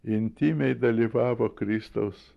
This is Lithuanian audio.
intymiai dalyvavo kristaus